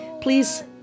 Please